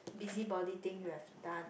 busybody thing you have done